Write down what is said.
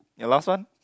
your last one